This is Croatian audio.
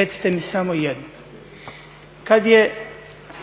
Recite mi samo jednu. Kad je,